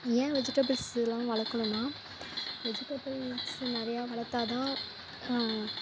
ஏன் வெஜிடபிள்ஸ்லாம் வளர்க்கணும்னா வெஜிடபிள்ஸ் நிறையா வளர்த்தாதான்